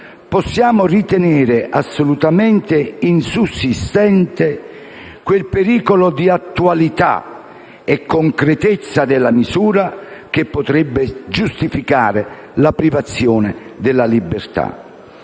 possiamo ritenere assolutamente insussistente quel pericolo di attualità e concretezza della misura che potrebbe giustificare la privazione della libertà.